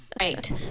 Right